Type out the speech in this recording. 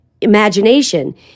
imagination